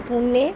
Pune